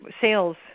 sales